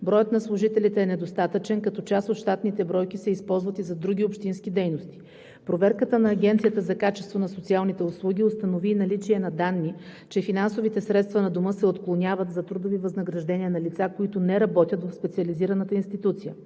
Броят на служителите е недостатъчен, като част от щатните бройки се използват и за други общински дейности. Проверката на Агенцията за качеството на социалните услуги установи наличие на данни, че финансовите средства на Дома се отклоняват за трудови възнаграждения на лица, които не работят в специализираната институция.